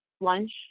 lunch